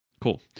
Cool